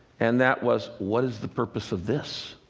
and that was what is the purpose of this?